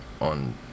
on